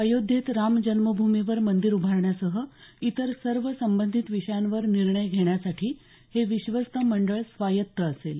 अयोध्येत राम जन्मभूमीवर मंदीर उभारण्यासह इतर सर्व संबंधित विषयांवर निर्णय घेण्यासाठी हे विश्वस्त मंडळ स्वायत्त असेल